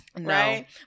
right